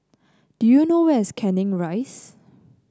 do you know where's Canning Rise